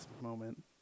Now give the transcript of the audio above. moment